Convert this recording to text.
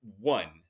one